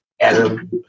Adam